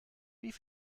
wie